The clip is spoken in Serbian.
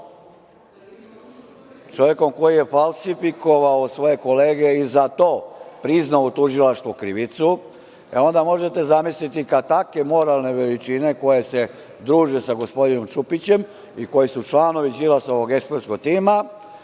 čovekom koji je falsifikovao svoje kolege i za to priznao u tužilaštvu krivicu, onda možete zamisliti kada takve moralne veličine, koje se druže sa gospodinom Čupićem i koji su članovi Đilasovog ekspertskog tima,